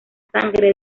sangre